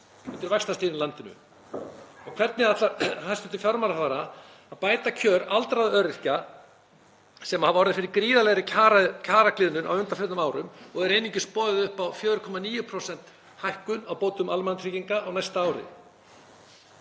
undan vaxtastiginu í landinu? Og hvernig ætlar hæstv. fjármálaráðherra að bæta kjör aldraðra og öryrkja sem hafa orðið fyrir gríðarlegri kjaragliðnun á undanförnum árum og er einungis boðið upp á 4,9% hækkun á bótum almannatrygginga á næsta ári?